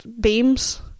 beams